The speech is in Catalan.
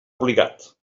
obligat